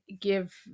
give